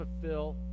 fulfill